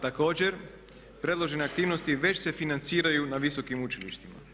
Također predložene aktivnosti već se financiraju na visokim učilištima.